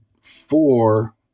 four